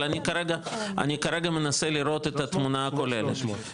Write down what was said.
אבל אני כרגע מנסה לראות את התמונה הכוללת.